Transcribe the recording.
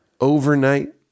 overnight